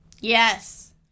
Yes